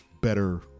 better